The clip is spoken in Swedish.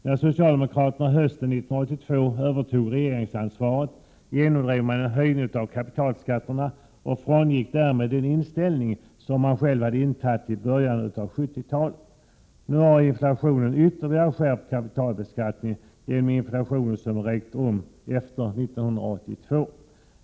När socialdemokraterna hösten 1982 övertog regeringsansvaret, genomdrev man en höjning av kapitalskatterna och frångick därmed den inställning man själv intagit i början av 70-talet. Nu har den inflation som ägt rum efter 1982 ytterligare skärpt kapitalbeskattningen.